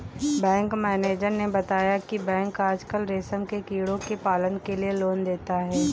bank manager ने बताया की बैंक आजकल रेशम के कीड़ों के पालन के लिए लोन देता है